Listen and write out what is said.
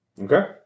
Okay